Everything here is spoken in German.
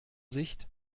sicht